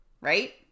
right